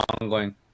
ongoing